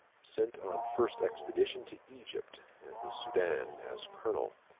sent on first expedition to egypt and the soudan, as colonel.